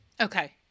okay